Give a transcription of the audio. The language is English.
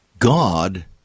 God